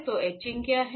तो एचिंग क्या है